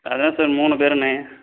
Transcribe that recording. அதுதான் சார் மூணு பேருமே